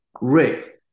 Rick